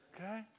Okay